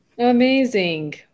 Amazing